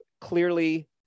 clearly